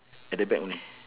at the back only